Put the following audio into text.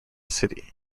city